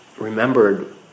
remembered